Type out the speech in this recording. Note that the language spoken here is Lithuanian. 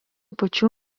pačių